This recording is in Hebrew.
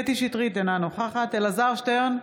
קטי קטרין שטרית, אינה נוכחת אלעזר שטרן,